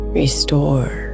restore